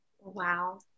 Wow